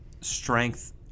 strength